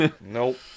nope